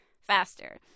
faster